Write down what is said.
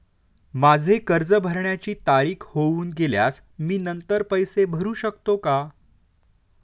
माझे कर्ज भरण्याची तारीख होऊन गेल्यास मी नंतर पैसे भरू शकतो का?